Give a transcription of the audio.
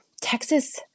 Texas